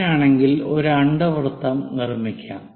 അങ്ങനെയാണെങ്കിൽ ഒരു അണ്ഡവൃത്തം നിർമിക്കാം